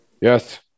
Yes